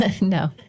No